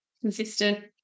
consistent